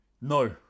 no